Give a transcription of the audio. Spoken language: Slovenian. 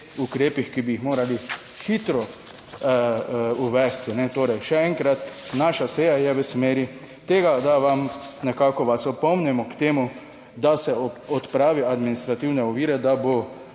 ukrepih, ki bi jih morali hitro uvesti. Torej, še enkrat, naša seja je v smeri tega, da vam, nekako vas opomnimo k temu, da se odpravijo administrativne ovire, da bo